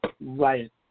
right